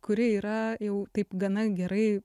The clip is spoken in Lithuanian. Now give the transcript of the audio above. kuri yra jau taip gana gerai